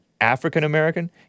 African-American